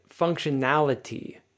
functionality